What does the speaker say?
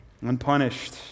Unpunished